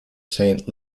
saint